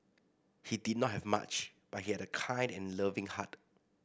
he did not have much but he had a kind and loving heart